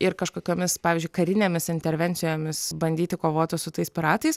ir kažkokiomis pavyzdžiui karinėmis intervencijomis bandyti kovoti su tais piratais